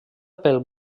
pel